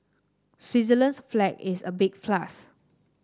Switzerland's flag is a big plus